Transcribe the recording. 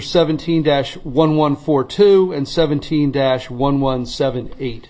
seventeen dash one one four two and seventeen dash one one seven eight